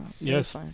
Yes